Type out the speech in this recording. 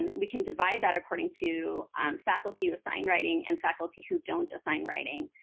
and we can divide that according to faculty who assign writing and faculty who don't assign writing.